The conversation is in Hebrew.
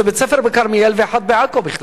זה בית-ספר בכרמיאל ואחד בעכו בכלל.